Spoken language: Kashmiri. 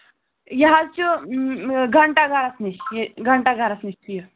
یہِ حظ چھُ گھنٛٹاگرَس نِش یہِ گھنٛٹاگرَس نِش چھُ یہِ